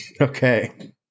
Okay